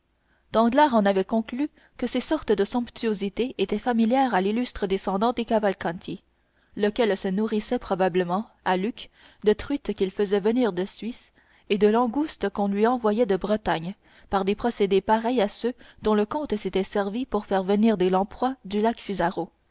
mot danglars en avait conclu que ces sortes de somptuosités étaient familières à l'illustre descendant des cavalcanti lequel se nourrissait probablement à lucques de truites qu'il faisait venir de suisse et de langoustes qu'on lui envoyait de bretagne par des procédés pareils à ceux dont le comte s'était servi pour faire venir des lamproies du lac